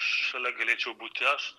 šalia galėčiau būti aš